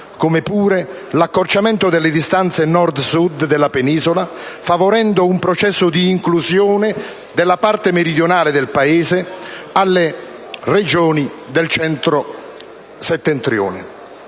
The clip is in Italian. come pure lo è l'accorciamento delle distanze Nord-Sud della penisola, orientato a favorire un processo di inclusione nella parte meridionale del Paese alle Regioni del centro-settentrione.